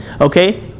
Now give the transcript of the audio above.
Okay